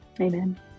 Amen